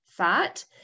fat